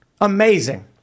Amazing